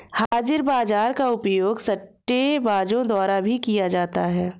हाजिर बाजार का उपयोग सट्टेबाजों द्वारा भी किया जाता है